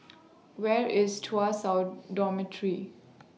Where IS Tuas South Dormitory